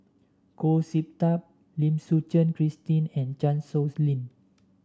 Goh Sin Tub Lim Suchen Christine and Chan Sow Lin